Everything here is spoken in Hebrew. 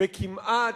בכמעט,